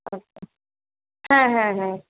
আচ্ছা হ্যাঁ হ্যাঁ হ্যাঁ